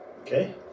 Okay